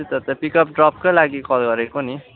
त्यही त त्यो पिकअप ड्रपकै लागि कल गरेको नि